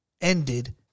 ended